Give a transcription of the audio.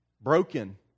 Broken